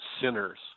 sinners